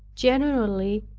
generally,